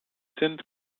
sind